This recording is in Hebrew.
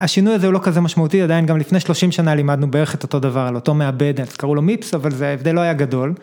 השינוי הזה הוא לא כזה משמעותי, עדיין גם לפני 30 שנה לימדנו בערך את אותו דבר, על אותו מעבד, אז קראו לו מיפס, אבל ההבדל לא היה גדול.